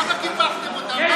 למה קיפחתם אותם?